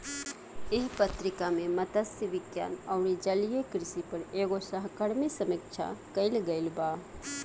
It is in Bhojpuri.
एह पत्रिका में मतस्य विज्ञान अउरी जलीय कृषि पर एगो सहकर्मी समीक्षा कईल गईल बा